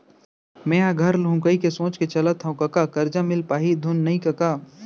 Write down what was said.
मेंहा घर लुहूं कहिके सोच के चलत हँव कका करजा मिल पाही धुन नइ कका